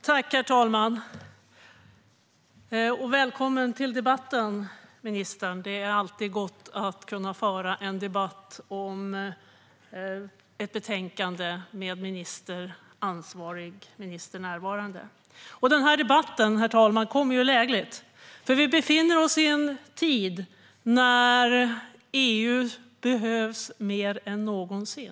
Herr talman! Välkommen till debatten, ministern! Det är alltid gott att kunna föra en debatt om ett betänkande med ansvarig minister närvarande. Herr talman! Den här debatten kommer lägligt. Vi befinner oss i en tid då EU behövs mer än någonsin.